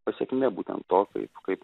pasekmė būtent to kaip kaip